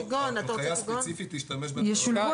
אבל יש פה הנחיה ספציפית להשתמש ב --- ישולבו